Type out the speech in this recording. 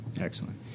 Excellent